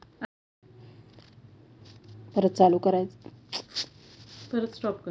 माझे व माझ्या बायकोचे खाते उघडण्यासाठी कोणती कागदपत्रे लागतील?